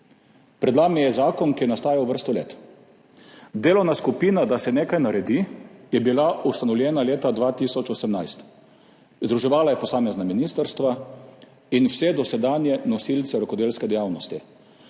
Pred vami je zakon, ki je nastajal vrsto let. Delovna skupina, da se nekaj naredi, je bila ustanovljena leta 2018. Združevala je posamezna ministrstva in vse dosedanje nosilce rokodelske dejavnosti.